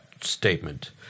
statement